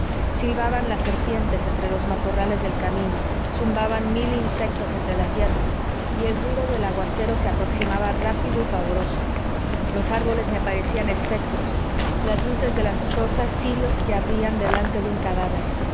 silbaban las serpientes entre los matorrales del camino zumbaban mil insectos entre las hierbas y el ruido del aguacero se aproximaba rápido y pavoroso los árboles me parecían espectros las luces de las chozas cirios que ardían delante de un cadáver